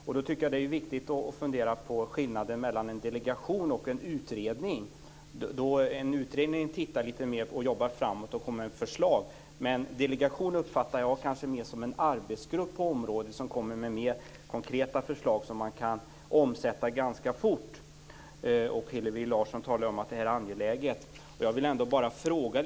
Jag tycker att det är viktigt att fundera på skillnaden mellan en delegation och en utredning. En utredning tittar lite mer, jobbar framåt och kommer med förslag, men jag uppfattar en delegation mer som en arbetsgrupp på området som kommer med mer konkreta förslag som man kan omsätta ganska fort. Hillevi Larsson talade om att detta är angeläget. Jag vill ställa några frågor.